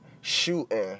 shooting